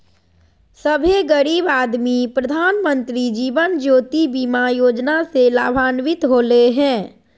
सभे गरीब आदमी प्रधानमंत्री जीवन ज्योति बीमा योजना से लाभान्वित होले हें